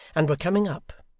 and were coming up,